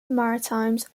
maritimes